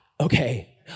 Okay